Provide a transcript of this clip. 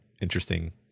interesting